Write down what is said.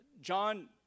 John